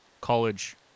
college